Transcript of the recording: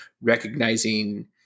recognizing